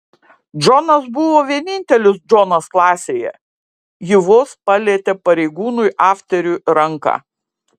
džonas buvo vienintelis džonas klasėje ji vos palietė pareigūnui afteriui ranką